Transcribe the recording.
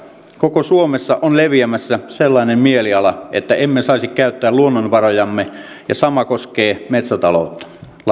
koko suomessa on leviämässä sellainen mieliala että emme saisi käyttää luonnonvarojamme ja sama koskee metsätaloutta